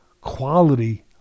quality